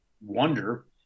wonder